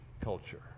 culture